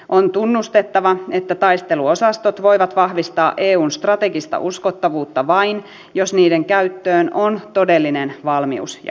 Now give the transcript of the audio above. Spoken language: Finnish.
on tunnustettava että taisteluosastot voivat vahvistaa eun strategista uskottavuutta vain jos niiden käyttöön on todellinen valmius ja kyky